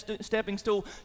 stepping-stool